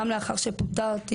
גם לאחר שפוטרתי,